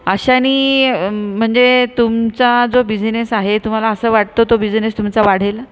अशानी म्हणजे तुमचा जो बिजनेस आहे तुम्हाला असं वाटतं तो बिजनेस तुमचा वाढेल